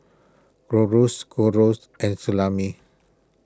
Gyros Gyros and Salami